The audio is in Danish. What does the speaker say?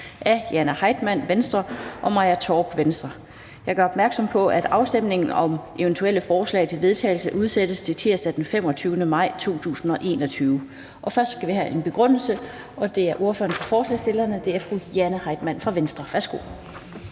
fg. formand (Annette Lind): Jeg gør opmærksom på, at afstemning om eventuelle forslag til vedtagelse udsættes til tirsdag den 25. maj 2021. Først skal vi have en begrundelse, og det er ordføreren for forespørgerne, fru Jane Heitmann fra Venstre.